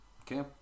Okay